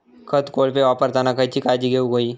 खत कोळपे वापरताना खयची काळजी घेऊक व्हयी?